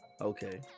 Okay